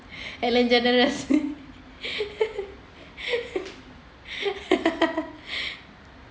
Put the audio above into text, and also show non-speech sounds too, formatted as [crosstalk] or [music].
ellen degeneres [laughs]